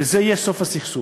וזה יהיה סוף הסכסוך.